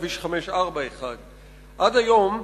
כביש 541. עד היום,